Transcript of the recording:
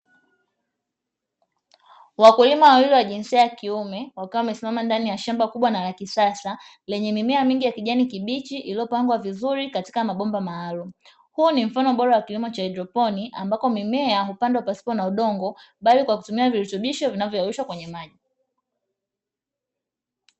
Wakulima wawili wa jinsia ya kiume, wakiwa wamesimama ndani ya shamba kunwa na lakisasa lenye mimea mingi ya kijani kibichi iliyopandwa vizuri katika mabomba maalumu, huu ni mfano bora wa kilimo cha haidroponi ambako mimea hupandwa pasipo na udongo bali kwa kutumia virutubisho vinavyoyeyushwa kwenye maji.